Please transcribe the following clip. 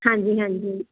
ਹਾਂਜੀ ਹਾਂਜੀ